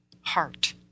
heart